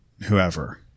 whoever